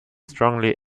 strongly